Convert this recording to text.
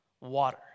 Water